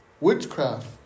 Witchcraft